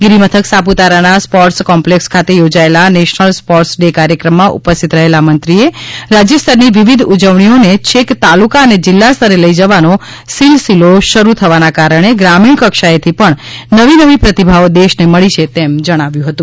ગિરિમથક સાપુતારાના sports complex ખાતે યોજાયેલા નેશનલ સ્પોર્ટ્સ ડે કાર્યક્રમમાં ઉપસ્થિત રહેલા મંત્રીએ રાજ્ય સ્તરની વિવિધ ઉજવણીઓને છેક તાલુકા અને જિલ્લા સ્તરે લઈ જવાનો સિલસિલો શરૂ થવાના કારણે ગ્રામીણ કક્ષાએથી પણ નવી નવી પ્રતિભાઓ દેશને મળી છે તેમ જણાવ્યું હતું